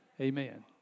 Amen